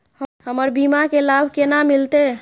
हमर बीमा के लाभ केना मिलते?